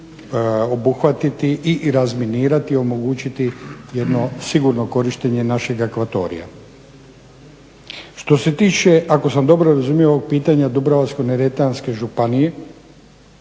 obuhvatiti i razminirati, omogućiti jedno sigurno korištenje našega akvatorija. Što se tiče ako sam dobro razumio ovo pitanje o Dubrovačko-neretvanske županije,